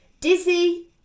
dizzy